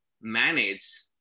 manage